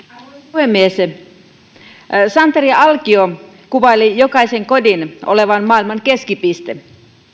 puhemies santeri alkio kuvaili jokaisen kodin olevan maailman keskipiste